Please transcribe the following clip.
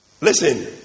Listen